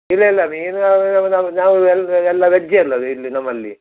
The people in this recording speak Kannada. ಇಲ್ಲ ಇಲ್ಲ ಮೀನ ನಾವು ವೆಜ್ಜೆ ಅಲ್ಲ ಇಲ್ಲಿ ನಮ್ಮಲ್ಲಿ